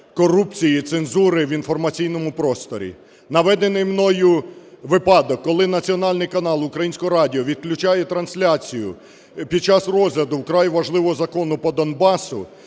корупції, цензури в інформаційному просторі. Наведений мною випадок, коли Національний канал Українського радіо відключає трансляцію під час розгляду вкрай важливого закону по Донбасу,